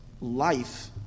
life